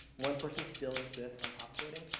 one person still insist on top coding.